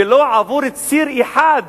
ולא עבור ציר אחד